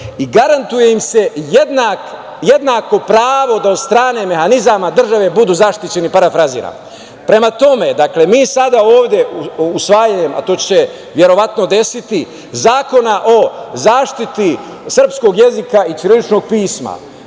i garantuje im se jednako pravo da od strane mehanizama države budu zaštićeni, parafraziram. Prema tome, mi sada ovde usvajanjem, a to će se verovatno desiti, zakona o zaštiti srpskog jezika i ćiriličnog pisma,